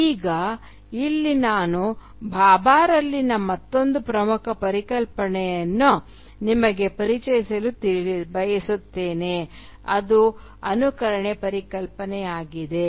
ಈಗ ಇಲ್ಲಿ ನಾನು ಭಾಭಾರಲ್ಲಿನ ಮತ್ತೊಂದು ಪ್ರಮುಖ ಪರಿಕಲ್ಪನೆಯನ್ನು ನಿಮಗೆ ಪರಿಚಯಿಸಲು ಬಯಸುತ್ತೇನೆ ಅದು ಅನುಕರಣೆ ಪರಿಕಲ್ಪನೆಯಾಗಿದೆ